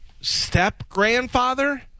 step-grandfather